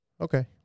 Okay